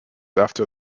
after